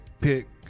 pick